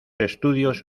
estudios